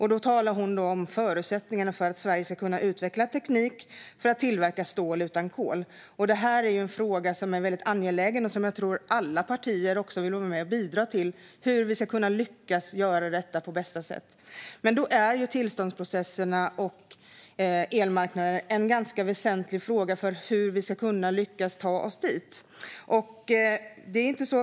Hon talade då om förutsättningarna för att Sverige ska kunna utveckla teknik för att tillverka stål utan kol. Det är en fråga som är väldigt angelägen. Jag tror att alla partier vill vara med och bidra till att vi kan göra detta på bästa sätt. Men då är tillståndsprocesserna och elmarknaden en ganska väsentlig fråga för hur vi ska lyckas ta oss dit.